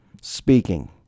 speaking